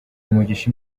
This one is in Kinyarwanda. umugisha